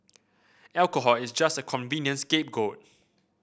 alcohol is just a convenient scapegoat